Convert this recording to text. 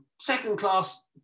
second-class